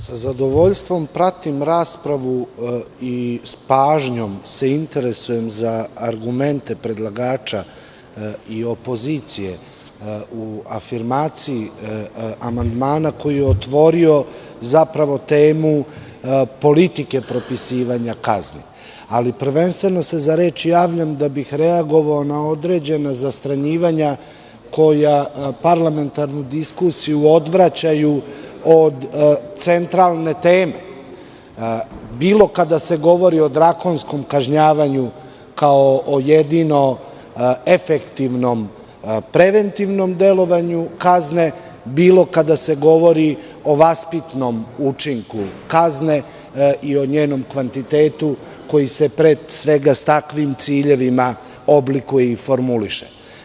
Sa zadovoljstvom pratim raspravu i s pažnjom se interesujem za argumente predlagača i opozicije u afirmaciji amandmana koji je otvorio temu politike propisivanja kazni, ali prvenstveno se za reč javljam da bih reagovao na određena zastranjivanja koja parlamentarnu diskusiju odvraćaju od centralne teme, bilo kada se govori o drakonskom kažnjavanju kao jedinom efektivnom preventivnom delovanju kazne, bilo kada se govori o vaspitnom učinku kazne i o njenom kvantitetu koji se pre svega sa takvim ciljevima oblikuje i formuliše.